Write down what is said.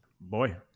Boy